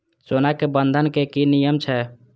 सोना के बंधन के कि नियम छै?